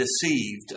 deceived